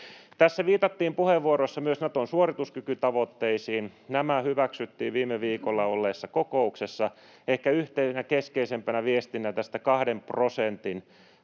Tässä viitattiin puheenvuoroissa myös Naton suorituskykytavoitteisiin. Nämä hyväksyttiin viime viikolla olleessa kokouksessa. Ehkä yhtenä keskeisimpänä viestinä tästä kahden prosentin